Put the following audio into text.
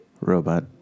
Robot